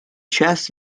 chests